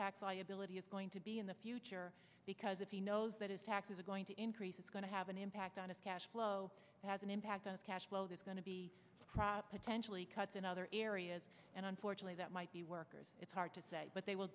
tax liability is going to be in the future because if he knows that his taxes are going to increase it's going to have an impact on a cash flow has an impact on cash flow that's going to be potentially cuts in other areas and unfortunately that might be workers it's hard to say but they will